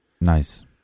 nice